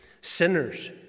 Sinners